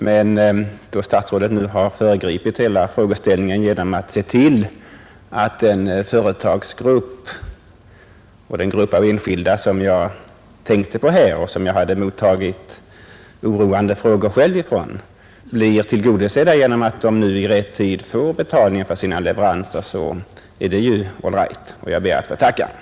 Men då finansministern nu föregripit hela frågeställningen genom att se till att den företagargrupp och den grupp av enskilda, som jag tänkte på och som jag själv hade mottagit oroande frågor ifrån, blivit tillgodosedda och i rätt tid erhåller betalning för sina leveranser så är ju allt väl, och jag ber som sagt att få tacka.